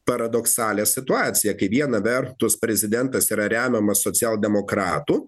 paradoksalią situaciją kai viena vertus prezidentas yra remiamas socialdemokratų